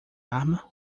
arma